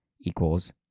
equals